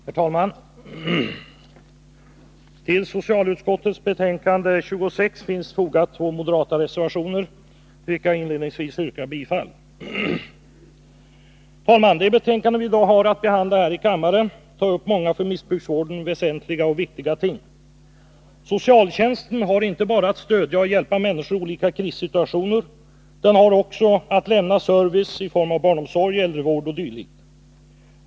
Herr talman! Till socialutskottets betänkande nr 26 har fogats två moderata reservationer, till vilka jag inledningsvis yrkar bifall. Det betänkande som vi i dag har att behandla här i kammaren tar upp många för missbrukarvården väsentliga och viktiga ting. Socialtjänsten har inte bara att stödja och hjälpa människor i olika krissituationer. Den har också att lämna service i form av barnomsorg, äldrevård o. d.